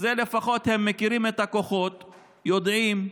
לפחות הם מכירים את הכוחות, יודעים.